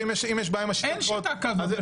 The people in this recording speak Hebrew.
אין שיטה כזו בארץ.